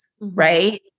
right